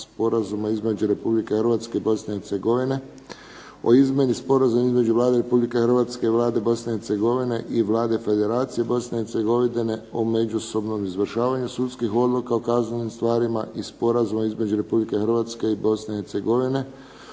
Sporazuma između Republike Hrvatske i Bosne i Hercegovine o izmjeni Sporazuma između Vlada Republike Hrvatske, Vlade Bosne i Hercegovine i Vlade Federacije Bosne i Hercegovine o međusobnom izvršavanju sudskih odluka u kaznenim stvarima i Sporazuma između Republike Hrvatske i Bosne i Hercegovine